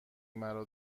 مرا